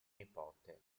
nipote